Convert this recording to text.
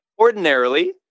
ordinarily